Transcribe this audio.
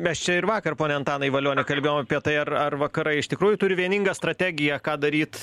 mes čia ir vakar pone antanai valioni kalbėjom apie tai ar ar vakarai iš tikrųjų turi vieningą strategiją ką daryt